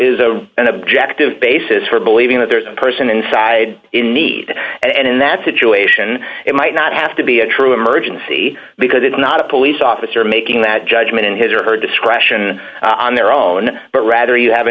a an objective basis for believing that there's a person in side in need and in that situation it might not have to be a true emergency because it's not a police officer making that judgment in his or her discretion on their own but rather you have a